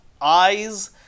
eyes